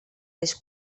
les